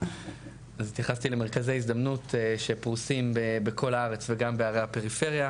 מרכזי הזדמנות שפרושים בכל הארץ וגם בערי הפריפריה.